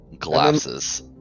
collapses